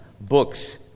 books